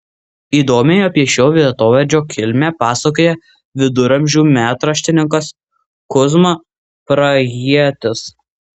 įdomiai apie šio vietovardžio kilmę pasakoja viduramžių metraštininkas kuzma prahietis